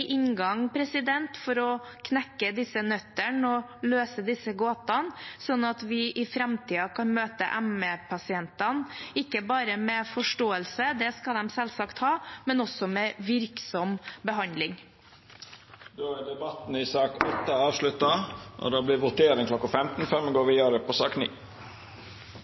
for å knekke disse nøttene og løse disse gåtene, sånn at vi i framtiden kan møte ME-pasientene, ikke bare med forståelse – det skal de selvsagt få – men også med virksom behandling. Då var interpellasjonsdebatten i sak nr. 8 avslutta. Det vert votering kl. 15 før me går vidare på sak